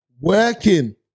working